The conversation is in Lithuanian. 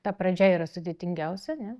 ta pradžia yra sudėtingiausia ane